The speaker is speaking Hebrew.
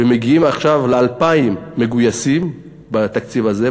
ומגיעים עכשיו ל-2,000 מגויסים בתקציב הזה,